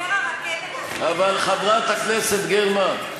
במשבר הרכבת, אבל, חברת הכנסת גרמן,